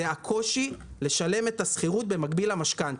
הקושי לשלם את השכירות במקביל למשכנתא.